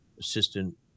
assistant